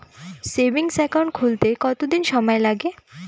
Savings account খুলতে কতদিন সময় লাগে?